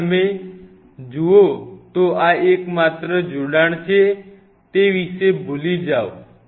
જો તમે જુઓ તો આ એકમાત્ર જોડાણ ભાગ છે તે વિશે ભૂલી જાઓ